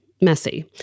messy